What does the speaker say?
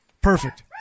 perfect